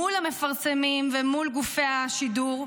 מול המפרסמים ומול גופי השידור.